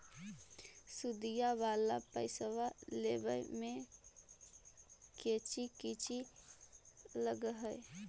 सुदिया वाला पैसबा लेबे में कोची कोची लगहय?